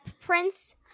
prince